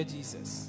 Jesus